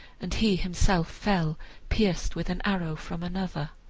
and he himself fell pierced with an arrow from another.